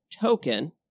token